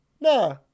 Nah